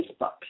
Facebook